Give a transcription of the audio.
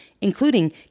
including